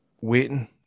waiting